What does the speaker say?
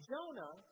Jonah